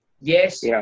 yes